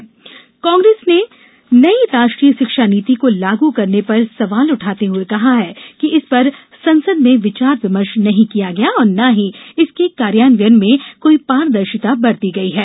शिक्षा नीति कांग्रेस कांग्रेस ने नयी राष्ट्रीय शिक्षा नीति को लागू करने पर सवाल उठाते हुए कहा है कि इस पर संसद में विचार विमर्श नहीं किया गया और ना ही इसके कार्यान्वयन में कोई पारदर्शिता बरती गई है